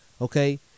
okay